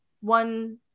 one